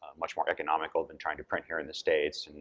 much more economical than trying to print here in the states, and